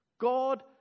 God